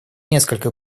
несколько